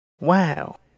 Wow